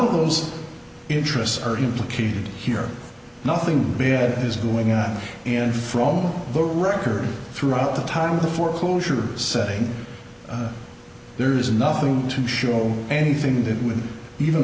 of those interests are implicated here nothing bad is going on in from the record throughout the time of the foreclosure setting there's nothing to show me anything that would even